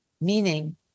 Meaning